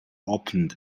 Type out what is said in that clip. opened